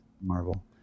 Marvel